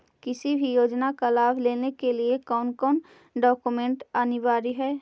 किसी भी योजना का लाभ लेने के लिए कोन कोन डॉक्यूमेंट अनिवार्य है?